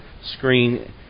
screen